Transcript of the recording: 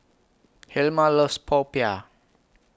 Hilma loves Popiah